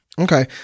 Okay